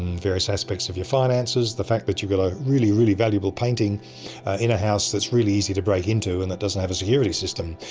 various aspects of your finances? the fact that you've got a really really valuable painting in a house that is really easy to break into and that doesn't have a security system?